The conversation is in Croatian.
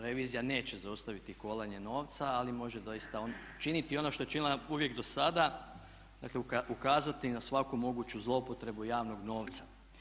Revizija neće zaustaviti kolanje novca ali može doista činiti ono što je činila uvijek do sada, dakle ukazati na svaku moguću zloupotrebu javnog novca.